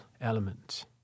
element